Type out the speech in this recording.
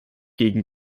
gegen